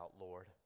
Lord